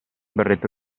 berretto